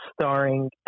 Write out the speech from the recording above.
starring